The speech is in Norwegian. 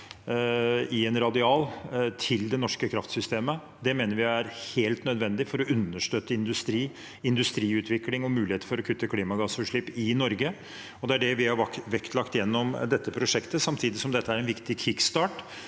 i en radial til det norske kraftsystemet. Det mener vi er helt nødvendig for å understøtte industri, industriutvikling og mulighetene for å kutte klimagassutslipp i Norge. Det er det vi har vektlagt gjennom dette prosjektet, samtidig som dette er en viktig kickstart